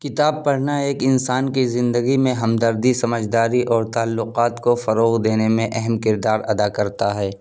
کتاب پڑھنا ایک انسان کی زندگی میں ہمدردی سمجھداری اور تعلقات کو فروغ دینے میں اہم کردار ادا کرتا ہے